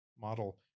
model